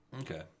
Okay